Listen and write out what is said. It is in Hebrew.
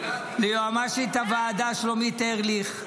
ליועמ"שית הוועדה שלומית ארליך,